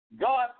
God